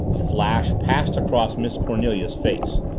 a flash passed across miss cornelia's face.